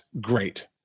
great